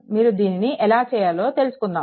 మీరు దీనిని ఎలా చేయాలో తెలుసుకుందాము